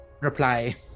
reply